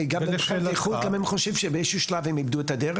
אני חושב שאם באיזה שהוא שלב הם איבדו את הדרך,